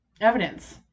evidence